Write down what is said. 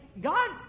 God